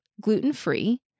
gluten-free